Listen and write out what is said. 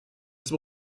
zum